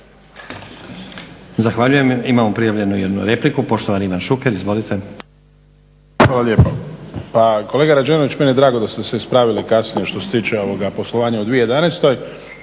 Zahvaljujem. Imamo prijavljenu jednu repliku, poštovani Ivan Šuker, izvolite.